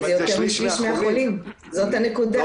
אבל זה יותר משליש מהחולים, זאת הנקודה.